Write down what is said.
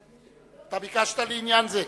אתה ביקשת, בעניין זה.